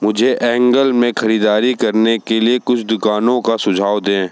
मुझे एंगल में खरीददारी करने के लिए कुछ दुकानों का सुझाव दें